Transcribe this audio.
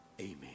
Amen